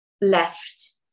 left